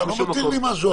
אתם לא נותנים לי משהו אחר.